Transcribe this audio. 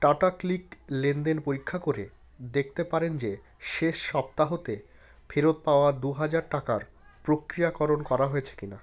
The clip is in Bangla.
টাটা ক্লিক লেনদেন পরীক্ষা করে দেখতে পারেন যে শেষ সপ্তাহতে ফেরত পাওয়া দু হাজার টাকার প্রক্রিয়াকরণ করা হয়েছে কিনা